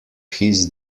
his